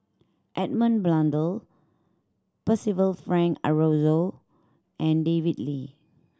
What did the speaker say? Edmund Blundell Percival Frank Aroozoo and David Lee